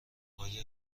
آیا